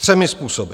Třemi způsoby.